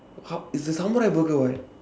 how it's a samurai burger [what]